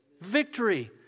Victory